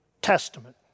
Testament